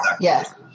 Yes